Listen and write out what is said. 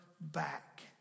back